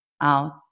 Out